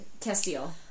Castile